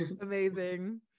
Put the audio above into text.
amazing